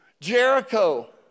Jericho